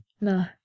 no